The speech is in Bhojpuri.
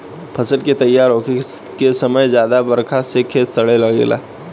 फसल के तइयार होखे के समय ज्यादा बरखा से खेत सड़े लागेला